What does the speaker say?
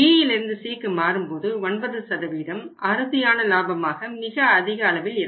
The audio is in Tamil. Bயிலிருந்து Cக்கு மாறும்போது 9 அறுதியான லாபமாக மிக அதிக அளவில் இருக்கும்